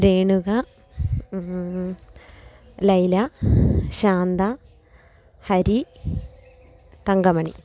Renuka Laila Shantha Hari Thankamani